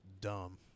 dumb